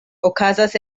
okazas